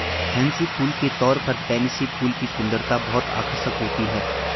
fancy फूल के तौर पर पेनसी फूल की सुंदरता बहुत आकर्षक होती है